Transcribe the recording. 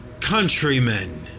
countrymen